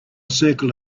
circle